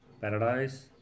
Paradise